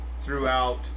throughout